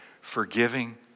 forgiving